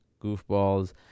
goofballs